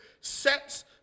sets